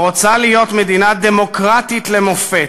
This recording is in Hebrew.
הרוצה להיות מדינה דמוקרטית למופת,